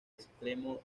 extremo